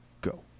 Go